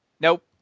Nope